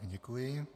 Děkuji.